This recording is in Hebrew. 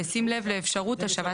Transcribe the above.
בשים לב לאפשרות השבת